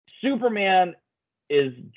Superman—is